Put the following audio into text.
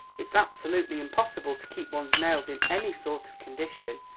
it's absolutely impossible to keep one's nails in any sort of condition,